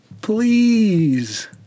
Please